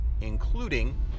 including